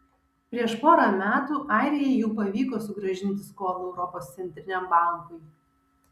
prieš porą metų airijai jau pavyko sugrąžinti skolą europos centriniam bankui